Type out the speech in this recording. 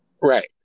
Right